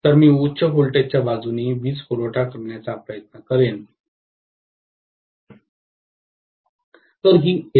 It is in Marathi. तर मी उच्च व्होल्टेजच्या बाजूने वीजपुरवठा वापरण्याचा प्रयत्न करेन तर ही एल